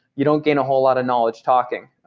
you don't gain a whole lot of knowledge talking,